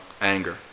anger